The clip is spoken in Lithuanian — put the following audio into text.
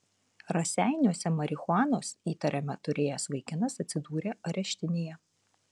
raseiniuose marihuanos įtariama turėjęs vaikinas atsidūrė areštinėje